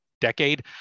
decade